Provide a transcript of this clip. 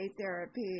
therapy